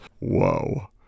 whoa